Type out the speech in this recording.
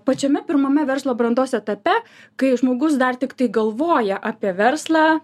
pačiame pirmame verslo brandos etape kai žmogus dar tiktai galvoja apie verslą